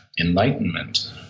enlightenment